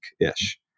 ish